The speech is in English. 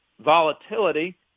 volatility